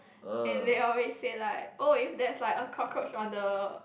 and they always say like oh if there's like a cockroach on the